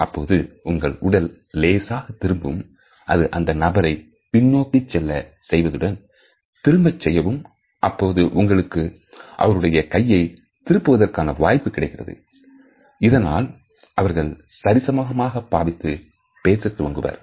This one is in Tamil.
அப்போது உங்கள் உடல் லேசாகத் திரும்பும் அது அந்த நபரை பின்னோக்கி செல்ல செய்வதுடன்திரும்பச் செய்யும் அப்போது உங்களுக்கு அவருடைய கையை திருப்புவதற்கான வாய்ப்பு கிடைக்கிறது இதனால் அவர்கள்சரிசமமாக பாவித்து பேச துவங்குவர்